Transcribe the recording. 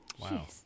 Wow